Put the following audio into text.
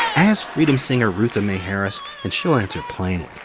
ask freedom singer rutha mae harris, and she'll answer plainly.